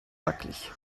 wackelig